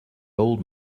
old